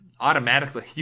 automatically